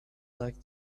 like